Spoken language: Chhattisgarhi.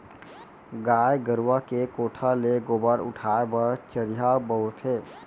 गाय गरूवा के कोठा ले गोबर उठाय बर चरिहा बउरथे